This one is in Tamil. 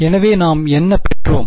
எனவே நாம் என்ன பெற்றோம்